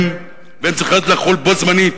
והן צריכות לחול בו-זמנית,